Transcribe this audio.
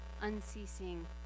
unceasing